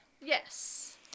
Yes